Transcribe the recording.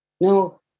No